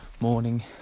morning